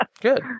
Good